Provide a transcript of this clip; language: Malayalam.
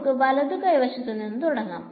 നമുക്ക് വലതു കൈ വശത്തു നിന്ന് തുടങ്ങാം